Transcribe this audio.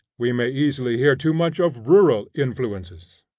we may easily hear too much of rural influences.